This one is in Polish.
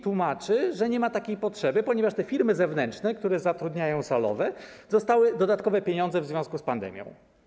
Tłumaczy, że nie ma takiej potrzeby, ponieważ firmy zewnętrzne, które zatrudniają salowe, dostały dodatkowe pieniądze w związku z pandemią.